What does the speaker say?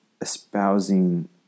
espousing